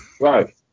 Right